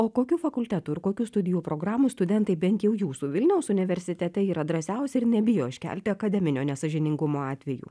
o kokių fakultetų ir kokių studijų programų studentai bent jau jūsų vilniaus universitete yra drąsiausi ir nebijo iškelti akademinio nesąžiningumo atvejų